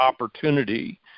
opportunity